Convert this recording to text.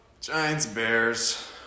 Giants-Bears